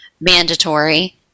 mandatory